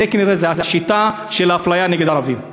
זו כנראה השיטה של האפליה נגד הערבים.